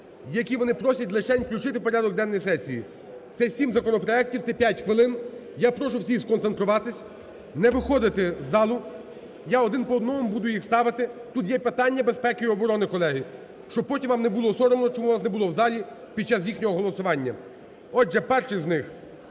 які вони просять лишень включити в порядок денний сесії. Це 7 законопроектів, це 5 хвилин. Я прошу всіх сконцентруватись, не виходити з залу. Я один по одному буду їх ставити. Тут є питання безпеки і оборони, колеги, щоб потім вам не було соромно, чому вас не було в залі під час їхнього голосування. Отже, перший з них,